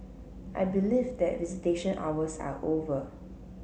I believe that visitation hours are over